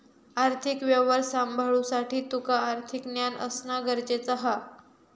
आर्थिक व्यवहार सांभाळुसाठी तुका आर्थिक ज्ञान असणा गरजेचा हा